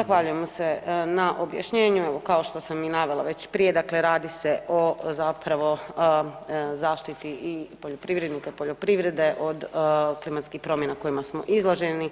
Zahvaljujem se na objašnjenju, evo kao što sam i navela već prije dakle radi se o zapravo zaštiti i poljoprivrednika i poljoprivrede od klimatskih promjena kojima smo izloženi